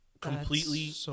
completely